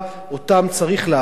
אותם צריך להחזיר.